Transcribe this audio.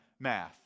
math